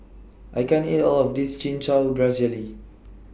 I can't eat All of This Chin Chow Grass Jelly